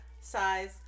Size